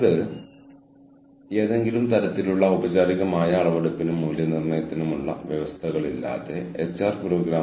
കാരണം HR manager ഈ ആവശ്യങ്ങൾ തുടർച്ചയായി കണ്ടെത്തേണ്ടതുണ്ട് അല്ലെങ്കിൽ വിലയിരുത്തേണ്ടതുണ്ട്